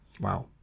Wow